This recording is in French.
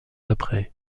après